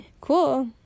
Cool